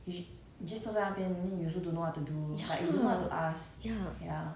ya ya